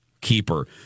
Keeper